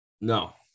No